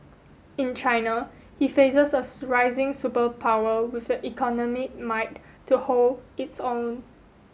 in China he faces a superpower with the economic might to hold its own